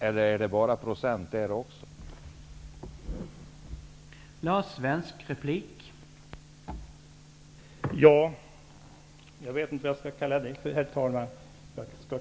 Eller är det bara fråga om procent också i det sammanhanget?